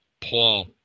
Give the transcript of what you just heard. Paul